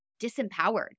disempowered